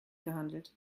gehandelt